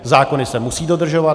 Zákony se musí dodržovat.